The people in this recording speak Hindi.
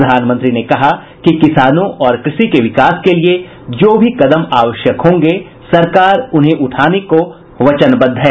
प्रधानमंत्री ने कहा कि किसानों और कृषि के विकास के लिए जो भी कदम आवश्यक होंगे सरकार उन्हें उठाने को वचनबद्ध है